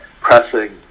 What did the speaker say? pressing